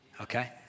okay